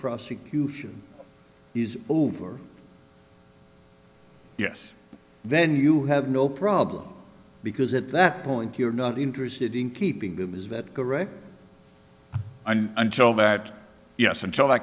prosecution is over yes then you have no problem because at that point you're not interested in keeping them is that correct and until